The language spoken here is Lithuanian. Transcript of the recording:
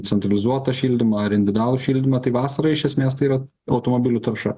centralizuotą šildymą ar individualų šildymą tai vasarą iš esmės tai yra automobilių tarša